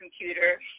computer